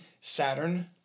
Saturn